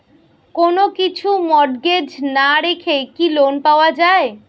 কোন কিছু মর্টগেজ না রেখে কি লোন পাওয়া য়ায়?